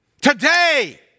today